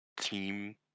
team